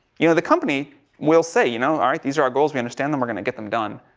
you know the company will say, you know, all right, these are our goals, we understand them, we're going to get them done,